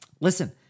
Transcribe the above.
Listen